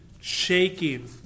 shaking